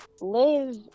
live